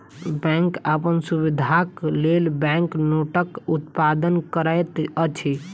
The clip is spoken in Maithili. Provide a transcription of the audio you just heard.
बैंक अपन सुविधाक लेल बैंक नोटक उत्पादन करैत अछि